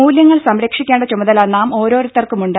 മൂല്യങ്ങൾ സംരക്ഷിക്കേണ്ട ചുമതല നാം ഓരോരുത്തർക്കുമുണ്ട്